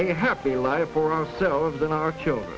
a happy life for ourselves and our children